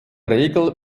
regel